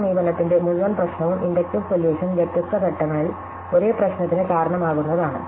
ഈ സമീപനത്തിന്റെ മുഴുവൻ പ്രശ്നവും ഇൻഡക്റ്റീവ് സൊല്യൂഷൻ വ്യത്യസ്ത ഘട്ടങ്ങളിൽ ഒരേ പ്രശ്നത്തിന് കാരണമാകുമെന്നതാണ്